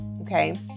Okay